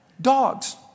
Dogs